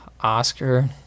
Oscar